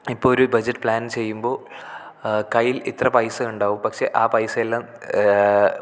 ഇപ്പോൾ ഒരു budget plan ചെയ്യുമ്പോൾ കൈയ്യിൽ ഇത്ര പൈസയുണ്ടാകും പക്ഷെ ആ പൈസയെല്ലാം